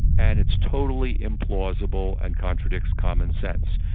and it's totally implausible and contradicts commonsense.